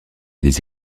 des